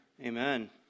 Amen